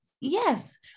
yes